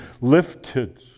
lifted